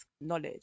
knowledge